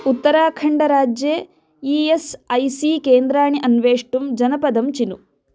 उत्तराखण्डराज्ये E S I C केन्द्राणि अन्वेष्टुं जनपदं चिनु